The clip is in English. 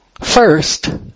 first